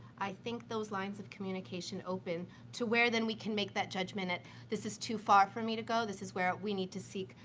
i think those lines of communication open, to where, then, we can make that judgement that that this is too far for me to go, this is where we need to seek,